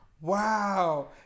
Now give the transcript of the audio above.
Wow